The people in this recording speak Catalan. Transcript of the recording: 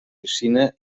piscina